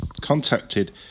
contacted